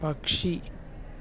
പക്ഷി